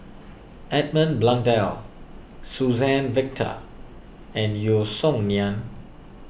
Edmund Blundell Suzann Victor and Yeo Song Nian